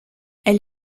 elle